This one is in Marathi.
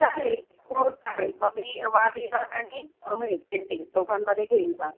चालेल हो चालेल मग मी वादविवाद आणि हे पेंटिंग दोघांमध्ये घेईन भाग